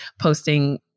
posting